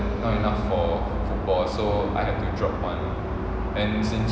not enough for football so I had to drop one then since